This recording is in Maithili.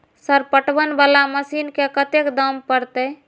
सर पटवन वाला मशीन के कतेक दाम परतें?